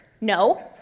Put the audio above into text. No